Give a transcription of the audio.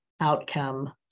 outcome